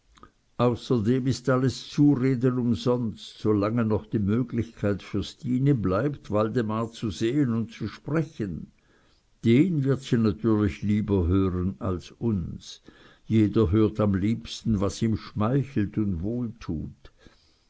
außerdem ist alles zureden umsonst solange noch die möglichkeit für stine bleibt waldemar zu sehn und zu sprechen den wird sie natürlich lieber hören als uns jeder hört am liebsten was ihm schmeichelt und